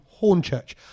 Hornchurch